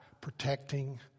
protecting